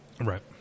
right